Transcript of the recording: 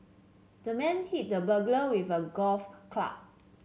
the man hit the burglar with a golf club